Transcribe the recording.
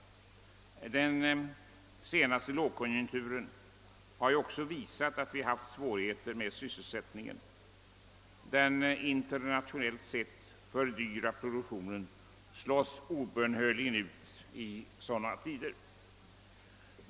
Den senaste lågkonjunkturen har också visat att vi haft svårigheter med sysselsättningen. Den internationellt sett för dyra produktionen slås obönhörligt ut i sådana tider.